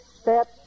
step